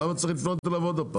למה צריך לפנות אליו עוד פעם?